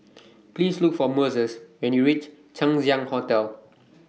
Please Look For Moses when YOU REACH Chang Ziang Hotel